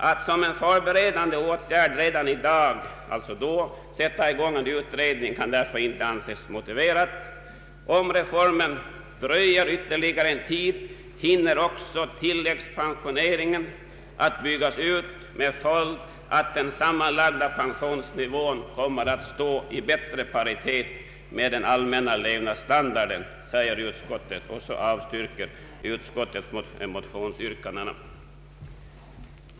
Att som en förberedande åtgärd sätta i gång en utredning ansåg utskottet därför inte motiverat. Om reformen dröjer ytterligare en tid hinner också tilläggspensioneringen byggas ut med följd att den sammanlagda pensionsnivån kommer att stå i bättre paritet med den allmänna levnadsstandarden, sade utskottet vidare, och så avstyrktes motionsyrkandena.